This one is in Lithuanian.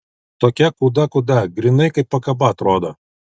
tokia kūda kūda grynai kaip pakaba atrodo